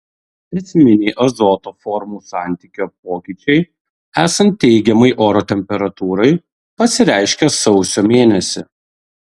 esminiai azoto formų santykio pokyčiai esant teigiamai oro temperatūrai pasireiškia sausio mėnesį